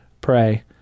pray